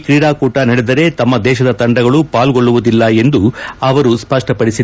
ಈ ತ್ರೀಡಾಕೂಟ ನಡೆದರೆ ತಮ್ಮ ದೇಶದ ತಂಡಗಳು ಪಾಲ್ಗೊಳ್ಳುವುದಿಲ್ಲ ಎಂದು ಅವರು ಸ್ಪಷ್ಟಪಡಿಸಿದ್ದಾರೆ